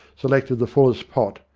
selected the fullest pot,